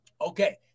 Okay